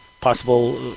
possible